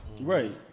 Right